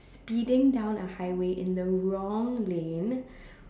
speeding down a highway in the wrong lane